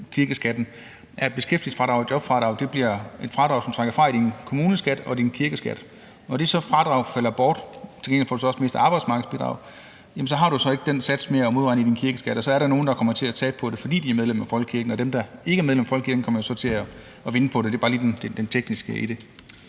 at beskæftigelsesfradrag og jobfradrag bliver et fradrag, som man trækker fra i ens kommuneskat og kirkeskat. Til gengæld får man så også mest arbejdsmarkedsbidrag. Når det fradrag så falder bort, har man så ikke den sats mere til at modregne i ens kirkeskat, og så er der nogle, der kommer til at tabe på det, fordi de er medlem af folkekirken, mens dem, der ikke er medlem af folkekirken, jo så kommer til at vinde på det. Det er bare lige det tekniske i det.